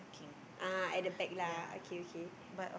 ah at the back lah okay okay